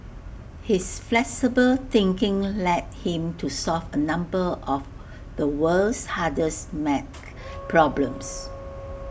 his flexible thinking led him to solve A number of the world's hardest math problems